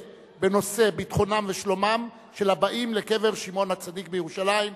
בנושא: ביטחונם ושלומם של הבאים לקבר שמעון הצדיק בירושלים.